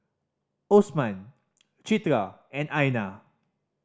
Osman Citra and Aina